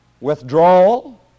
withdrawal